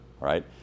right